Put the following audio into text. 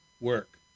work